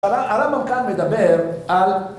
הרמב״ם כאן מדבר על